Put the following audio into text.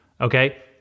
okay